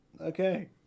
Okay